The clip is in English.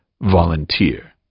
volunteer